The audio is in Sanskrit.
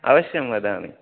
अवश्यं वदामि